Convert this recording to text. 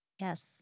Yes